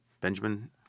Benjamin